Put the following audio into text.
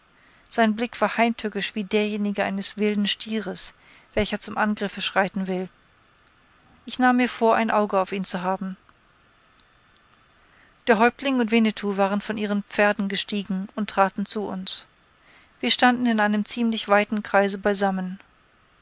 sein blick war heimtückisch wie derjenige eines wilden stieres welcher zum angriffe schreiten will ich nahm mir vor ein auge auf ihn zu haben der häuptling und winnetou waren von ihren pferden gestiegen und traten zu uns wir standen in einem ziemlich weiten kreise beisammen